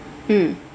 mm